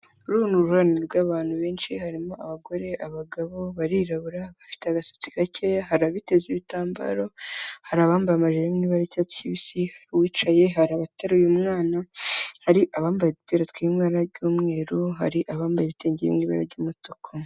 Uru ni uruhurirane rw'abantu benshi, harimo abagore, abagabo, barirabura, bafite agasatsi gakeya, hari abiteze ibitambaro, hari abambaye jire ari mu ibara ry'icyatsi kibisi, uwicaye, hari abateruye umwana, hari abambaye udupira tw'ibara y'umweru, hari abambaye ibitenge biri mu ibara ry'umutuku.